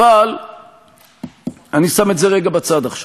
אבל אני שם את זה רגע בצד עכשיו.